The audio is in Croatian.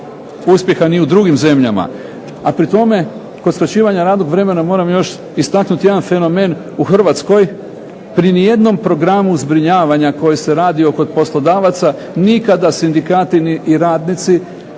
uspjeha ni u drugim zemljama. A pri tome, kod skraćivanja radnog vremena moram istaknuti još jedan problem u Hrvatskoj. Pri ni jednom programu zbrinjavanja koji se radio kod poslodavaca, nikada ni sindikati ni radnici